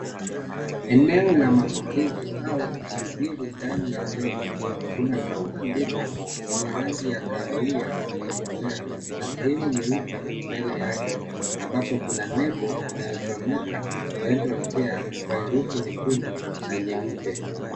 Eneno la mapokezi au kusubiri ndani ya jengo kuna counter ndefu yenye rangi ya kahawia iliyokolea na sehemu nyeupe mbele yake ambapo kuna nembo inayosomeka dental care kwa herufi nyekundu na nyeupe.